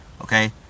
Okay